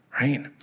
Right